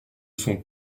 son